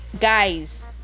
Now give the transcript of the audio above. guys